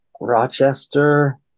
rochester